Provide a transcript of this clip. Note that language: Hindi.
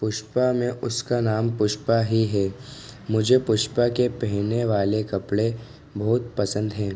पुष्पा में उसका नाम पुष्पा ही है मुझे पुष्पा के पहनने वाले कपड़े बहुत पसंद है